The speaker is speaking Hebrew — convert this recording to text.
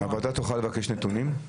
הוועדה תוכל לבקש נתונים?